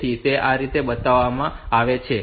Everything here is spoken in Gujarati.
તેથી તે આ રીતે બતાવવામાં આવે છે